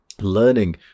learning